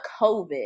COVID